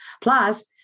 Plus